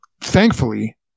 thankfully